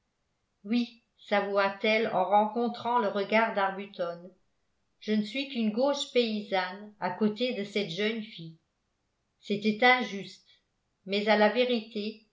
oui savoua t elle en rencontrant le regard d'arbuton je ne suis qu'une gauche paysanne à côté de cette jeune fille c'était injuste mais à la vérité